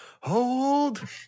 Hold